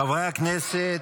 חברי הכנסת,